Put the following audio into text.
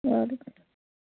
وعلیکُم